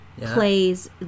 plays